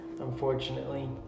unfortunately